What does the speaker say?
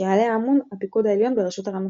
שעליה אמון הפיקוד העליון בראשות הרמטכ"ל.